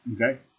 Okay